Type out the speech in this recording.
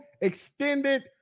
extended